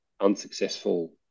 unsuccessful